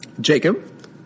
Jacob